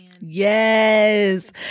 Yes